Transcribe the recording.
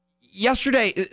Yesterday